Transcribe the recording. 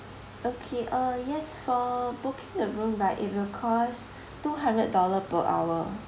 okay uh yes for booking a room right it will cost two hundred dollar per hour